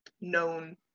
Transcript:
known